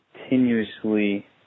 continuously